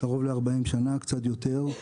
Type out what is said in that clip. קרוב ל-40 שנה, קצת יותר.